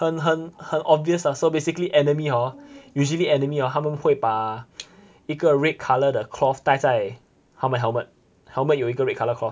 很很很 obvious lah so basically enemy hor usually enemy hor 他们会把一个 red colour 的 cloth 带在他们 helmet helmet 有一个 red colour cloth